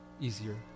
easier